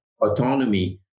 autonomy